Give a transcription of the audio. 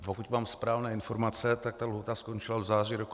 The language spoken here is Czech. Pokud mám správné informace, tak ta lhůta skončila v září roku 2017.